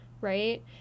right